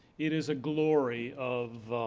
it is a glory of